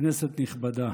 כנסת נכבדה,